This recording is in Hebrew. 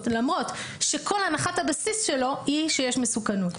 למרות שכל הנחת הבסיס שלו היא שיש מסוכנות.